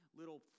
little